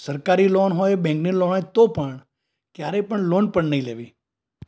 સરકારી લોન હોય બૅન્કની લોન હોય તો પણ કયારેય પણ લોન પણ નહીંમ લેવી